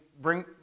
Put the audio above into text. bring